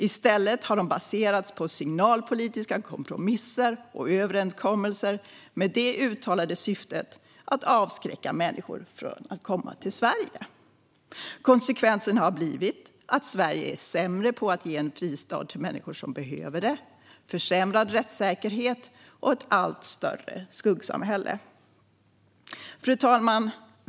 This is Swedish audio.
I stället har lagändringarna baserats på signalpolitiska kompromisser och överenskommelser med det uttalade syftet att avskräcka människor från att komma till Sverige. Konsekvenserna har blivit att Sverige är sämre på att ge en fristad till människor som behöver det samt försämrad rättssäkerhet och ett allt större skuggsamhälle. Fru talman!